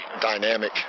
dynamic